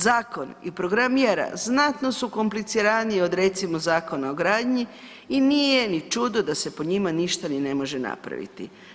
Zakon i program mjera znatno su kompliciraniji od recimo Zakona o gradnji i nije ni čudo da se po njima ništa ni ne može napraviti.